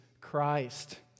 Christ